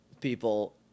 people